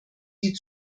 die